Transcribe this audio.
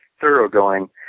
thoroughgoing